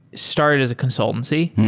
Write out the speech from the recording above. started as a consultancy.